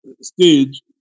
stage